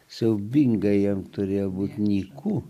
siaubingai jam turėjo būti nyku